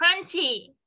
Crunchy